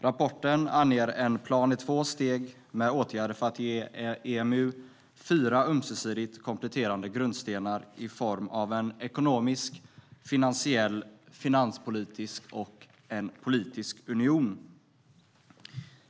Rapporten anger en plan i två steg med åtgärder för att ge EMU fyra ömsesidigt kompletterande grundstenar i form av en ekonomisk, finansiell, finanspolitisk och politisk union.